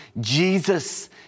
Jesus